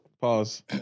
Pause